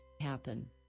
happen